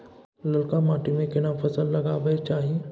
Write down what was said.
ललका माटी में केना फसल लगाबै चाही?